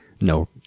No